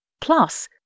Plus